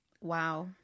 Wow